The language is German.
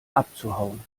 abzuhauen